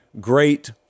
great